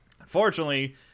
Unfortunately